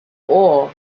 all